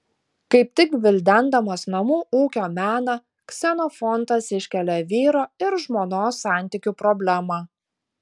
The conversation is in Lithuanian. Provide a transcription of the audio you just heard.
kaip tik gvildendamas namų ūkio meną ksenofontas iškelia vyro ir žmonos santykių problemą